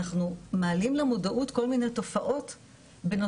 אנחנו מעלים למודעות כל מיני תופעות